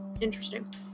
interesting